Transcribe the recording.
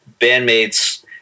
bandmates